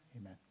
Amen